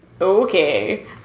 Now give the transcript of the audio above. Okay